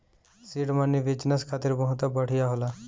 seed money business खातिर बहुते बढ़िया होला